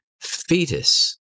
fetus